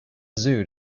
zoo